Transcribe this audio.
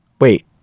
wait